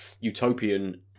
utopian